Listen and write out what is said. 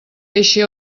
eixe